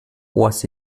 was